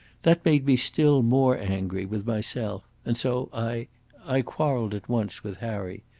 that made me still more angry with myself, and so i i quarrelled at once with harry.